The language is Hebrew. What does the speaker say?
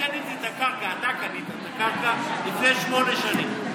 אתה קנית את הקרקע לפני שמונה שנים.